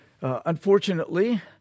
unfortunately